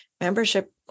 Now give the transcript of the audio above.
membership